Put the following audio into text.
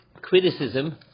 criticism